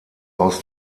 aus